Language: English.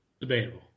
Debatable